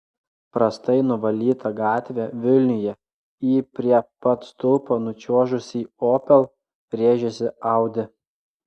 prastai nuvalyta gatvė vilniuje į prie pat stulpo nučiuožusį opel rėžėsi audi